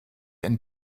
and